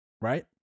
Right